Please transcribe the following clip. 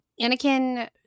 Anakin